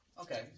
Okay